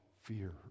fear